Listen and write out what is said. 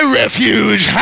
refuge